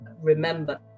remember